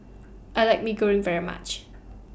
I like Mee Goreng very much